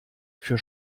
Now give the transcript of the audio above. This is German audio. für